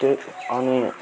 tour अनि